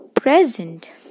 Present